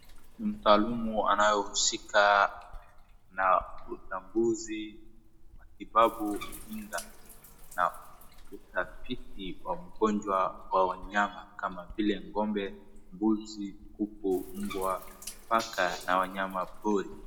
Mtaalamu anayehusika na ukaguzi, matibabu, kinga na utafiti wa ugonjwa kwa wanyama kama vile ng'ombe, mbuzi, kuku, mbwa, paka na wanyama pori.